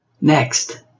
Next